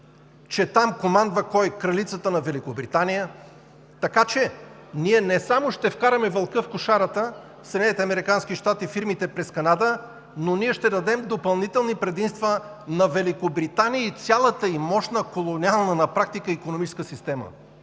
Че там командва кой? Кралицата на Великобритания. Така че ние не само ще вкараме вълка в кошарата – САЩ, фирмите през Канада, но ние ще дадем допълнителни предимства на Великобритания и на цялата ѝ мощна колониална на практика икономическа система.